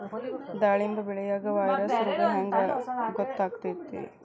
ದಾಳಿಂಬಿ ಬೆಳಿಯಾಗ ವೈರಸ್ ರೋಗ ಹ್ಯಾಂಗ ಗೊತ್ತಾಕ್ಕತ್ರೇ?